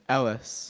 Ellis